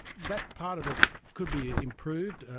that part of it could be improved.